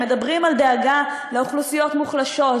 ומדברים על דאגה לאוכלוסיות מוחלשות,